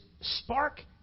spark